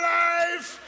life